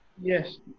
Yes